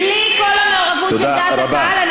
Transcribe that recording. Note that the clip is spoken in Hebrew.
בלי כל המעורבות של דעת הקהל.